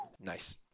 Nice